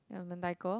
yeah mentaiko